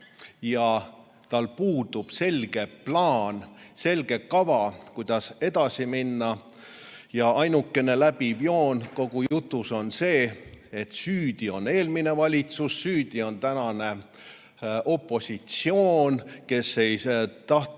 ja tal puudub selge plaan, selge kava, kuidas edasi minna, ja ainukene läbiv joon kogu jutus on see, et süüdi on eelmine valitsus, süüdi on tänane opositsioon, kes ei tahtvat